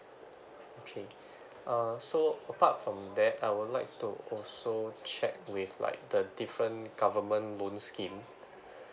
okay uh so apart from that I would like to also check with like the different government bonus scheme